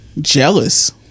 jealous